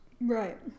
Right